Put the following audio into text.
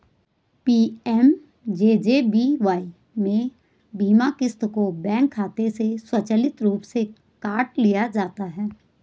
PMJJBY में बीमा क़िस्त को बैंक खाते से स्वचालित रूप से काट लिया जाता है